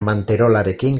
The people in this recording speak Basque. manterolarekin